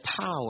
power